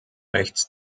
rechts